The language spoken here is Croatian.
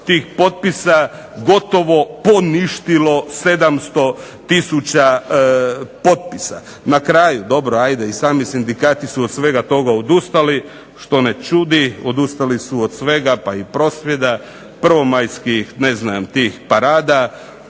tih potpisa gotovo poništilo 700000 potpisa. Na kraju, dobro hajde i sami sindikati su od svega toga odustali što ne čudi. Odustali su od svega, pa i prosvjeda, prvomajskih ne znam tih parada,